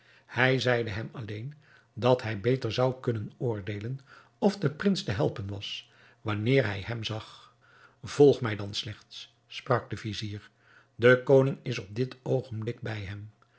hij zeide hem alleen dat hij beter zou kunnen oordeelen of de prins te helpen was wanneer hij hem zag volg mij dan slechts sprak de vizier de koning is op dit oogenblik bij hem